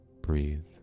Breathe